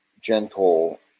gentle